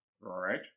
Right